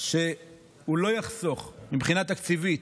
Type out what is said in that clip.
שהוא לא יחסוך מבחינה תקציבית,